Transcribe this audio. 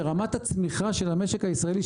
שרמת הצמיחה של המשק הישראלי,